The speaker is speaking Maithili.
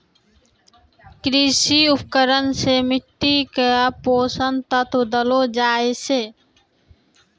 कृषि उपकरण सें मिट्टी क पोसक तत्व देलो जाय छै